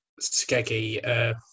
Skeggy